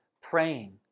praying